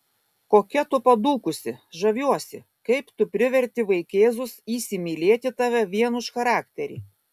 kokia tu padūkusi žaviuosi kaip tu priverti vaikėzus įsimylėti tave vien už charakterį